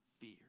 fear